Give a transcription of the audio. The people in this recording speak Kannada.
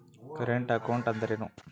ಕರೆಂಟ್ ಅಕೌಂಟ್ ಅಂದರೇನು?